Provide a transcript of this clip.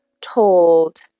told